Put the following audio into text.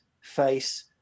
face